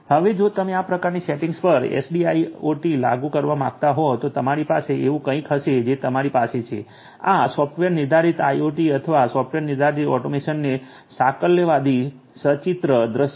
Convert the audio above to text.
હવે જો તમે આ પ્રકારની સેટિંગ્સ પર એસડીઆઈઆઈઓટી લાગુ કરવા માંગતા હોવ તો તમારી પાસે એવું કંઈક હશે જે તમારી પાસે છે આ સોફ્ટવૅર નિર્ધારિત આઈઆઈઓટી અથવા સોફ્ટવૅર નિર્ધારિત ઑટોમેશનનો સાકલ્યવાદી સચિત્ર દૃશ્ય છે